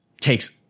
takes